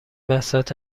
بساط